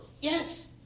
Yes